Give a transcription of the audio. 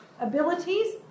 abilities